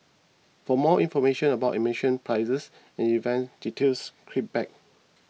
for more information about admission prices and event details click back